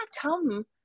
come